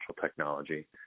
technology